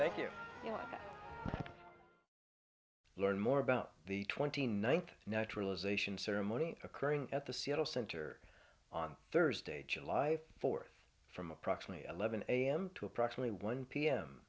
want to learn more about the twenty ninth naturalization ceremony occurring at the seattle center on thursday july fourth from approximately eleven am to approximately one